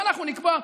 ואנחנו נקבע.